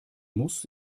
muss